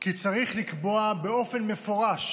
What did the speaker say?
כי צריך לקבוע באופן מפורש